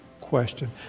question